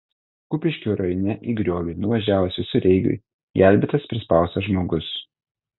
kupiškio rajone į griovį nuvažiavus visureigiui gelbėtas prispaustas žmogus